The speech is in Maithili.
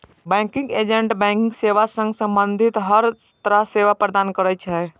बैंकिंग एजेंट बैंकिंग सेवा सं संबंधित हर तरहक सेवा प्रदान करै छै